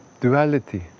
duality